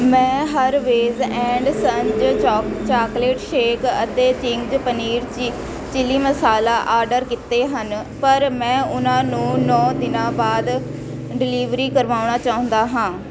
ਮੈਂ ਹਰਵੇਜ਼ and Sons chalk chocolate shake ਅਤੇ Ching's paneer ਚਿ ਚਿਲੀਮਸਾਲਾ order ਕੀਤੇ ਹਨ ਪਰ ਮੈਂ ਉਹਨਾਂ ਨੂੰ ਨੌ ਦਿਨਾਂ ਬਾਅਦ ਡਿਲੀਵਰੀ ਕਰਵਾਉਣਾ ਚਾਹੁੰਦਾ ਹਾਂ